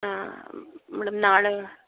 ಹಾಂ ಮೇಡಮ್ ನಾಳೆ